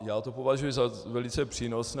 Já to považuji za velice přínosné.